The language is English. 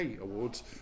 Awards